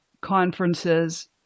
conferences